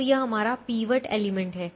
तो यह हमारा पीवट एलिमेंट है